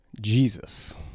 Jesus